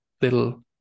little